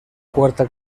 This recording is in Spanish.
cuarta